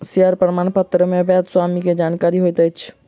share प्रमाणपत्र मे वैध स्वामी के जानकारी होइत अछि